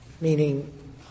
Meaning